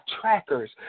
trackers